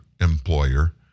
employer